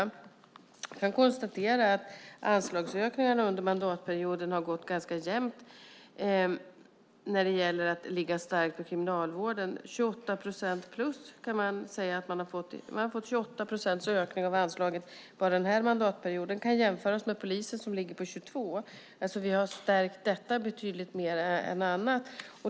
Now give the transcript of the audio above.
Jag kan konstatera att anslagsökningarna för Kriminalvården har gått ganska jämnt under mandatperioden. Man har fått 28 procents ökning av anslagen bara under den här mandatperioden. Det kan jämföras med polisen, som ligger på 22 procent. Vi har alltså stärkt kriminalvården mer än annat.